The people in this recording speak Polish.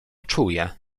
czuje